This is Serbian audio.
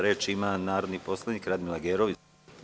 Reč ima narodni poslanik Radmila Gerov.